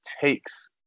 takes